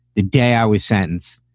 the day i was sentence.